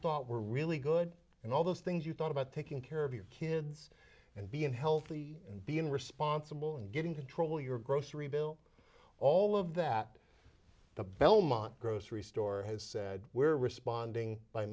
thought were really good and all those things you thought about taking care of your kids and being healthy and being responsible and getting control your grocery bill all of that the belmont grocery store has said we're responding by